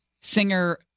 Singer